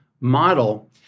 model